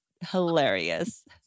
hilarious